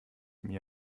mir